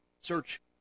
search